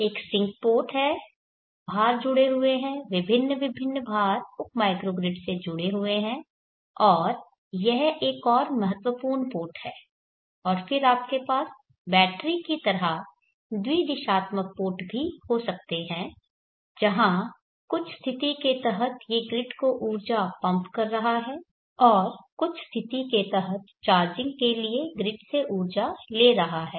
एक sink port है भार जुड़े हुए हैं विभिन्न विभिन्न भार उप माइक्रोग्रिड से जुड़े हैं और यह एक और महत्वपूर्ण पोर्ट है और फिर आपके पास बैटरी की तरह द्वि दिशात्मक पोर्ट भी हो सकते हैं जहां कुछ स्थिति के तहत यह ग्रिड को ऊर्जा पंप कर रहा है और कुछ स्थिति के तहत चार्जिंग के लिए ग्रिड से ऊर्जा ले रहा है